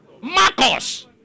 Marcos